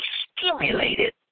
stimulated